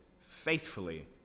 Faithfully